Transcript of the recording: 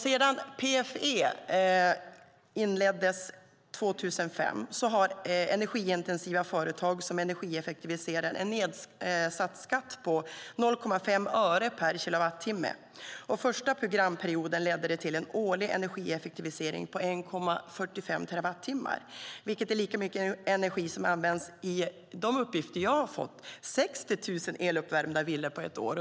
Sedan PFE inleddes 2005 har energiintensiva företag som energieffektiviserar en nedsatt skatt på 0,5 öre per kilowattimme. Första programperioden ledde det till en årlig energieffektivisering på 1,45 terawattimmar, vilket är lika mycket energi som, enligt de uppgifter jag har fått, används i 60 000 eluppvärmda villor på ett år.